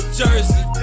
jersey